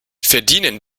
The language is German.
verdienen